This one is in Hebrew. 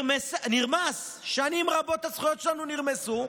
נרמס, שנים רבות הזכויות שלנו נרמסו,